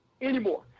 anymore